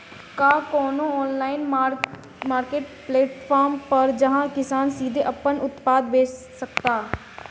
का कोनो online marketplace बा जहां किसान सीधे अपन उत्पाद बेच सकता?